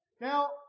Now